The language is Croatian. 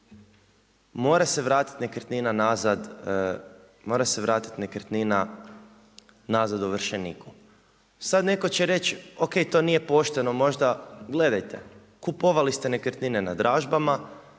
mora se vratiti nekretnina nazad ovršeniku. Sada neko će reći ok to nije pošteno možda gledajte, kupovali ste nekretnine na dražbama